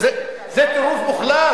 אני לא חושבת, זה טירוף מוחלט.